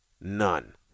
none